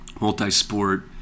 multi-sport